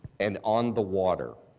and on the water.